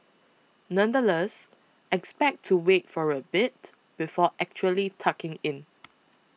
nonetheless expect to wait for a bit before actually tucking in